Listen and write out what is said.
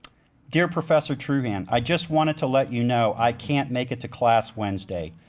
dear professor truhan, i just wanted to let you know i can't make it to class wednesday.